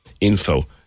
info